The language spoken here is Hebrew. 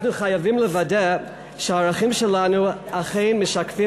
אנחנו חייבים לוודא שהערכים שלנו אכן משקפים